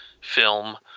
film